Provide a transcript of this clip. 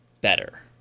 better